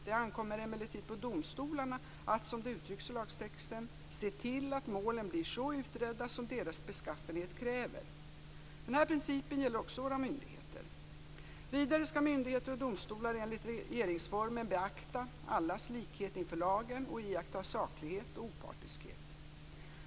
Det ankommer emellertid på domstolarna att, som det uttrycks i lagtexten, se till att målen blir så utredda som deras beskaffenhet kräver. Denna princip gäller också hos våra myndigheter. Vidare skall myndigheter och domstolar enligt regeringsformen beakta allas likhet inför lagen och iaktta saklighet och opartiskhet.